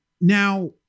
Now